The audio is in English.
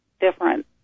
different